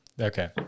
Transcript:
Okay